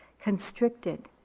constricted